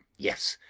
yes!